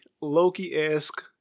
Loki-esque